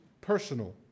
personal